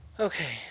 Okay